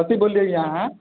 कथी बोललियै अहाँ